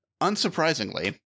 Unsurprisingly